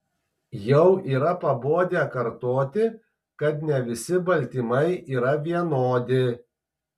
jau yra pabodę kartoti kad ne visi baltymai yra vienodi